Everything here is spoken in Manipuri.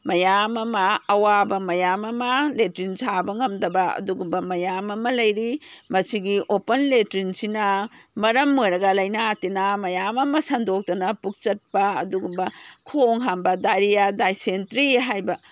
ꯃꯌꯥꯝ ꯑꯃ ꯑꯋꯥꯕ ꯃꯌꯥꯝ ꯑꯃ ꯂꯦꯇ꯭ꯔꯤꯟ ꯁꯥꯕ ꯉꯝꯗꯕ ꯑꯗꯨꯒꯨꯝꯕ ꯃꯌꯥꯝ ꯑꯃ ꯂꯩꯔꯤ ꯃꯁꯤꯒꯤ ꯑꯣꯄꯟ ꯂꯦꯇ꯭ꯔꯤꯅꯁꯤꯅ ꯃꯔꯝ ꯑꯣꯏꯔꯒ ꯂꯩꯅꯥ ꯇꯤꯟꯅꯥ ꯃꯌꯥꯝ ꯑꯃ ꯁꯟꯗꯣꯛꯇꯅ ꯄꯨꯛꯆꯠꯄ ꯑꯗꯨꯒꯨꯝꯕ ꯈꯣꯡ ꯍꯥꯝꯕ ꯗꯥꯏꯔꯤꯌꯥ ꯗꯥꯏꯁꯦꯟꯇ꯭ꯔꯤ ꯍꯥꯏꯕ